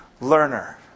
learner